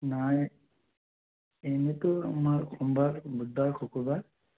নাই এনেইতো আমাৰ সোমবাৰ বুধবাৰ শুকুৰবাৰ